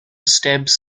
stabs